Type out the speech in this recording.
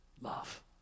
love